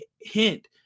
hint